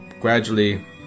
gradually